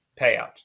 payout